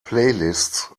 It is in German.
playlists